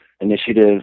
initiative